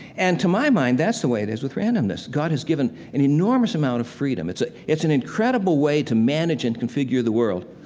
and to my mind, that's the way it is with randomness. god has given an enormous amount of freedom. it's ah it's an incredible way to manage and configure the world.